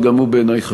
וגם הוא חשוב בעיני.